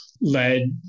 led